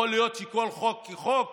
יכול להיות שכל חוק, כחוק